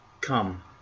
come